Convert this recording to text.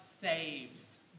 saves